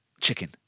chicken